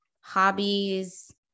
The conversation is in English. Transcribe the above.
hobbies